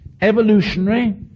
evolutionary